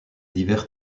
divers